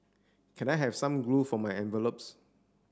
can I have some glue for my envelopes